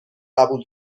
قبول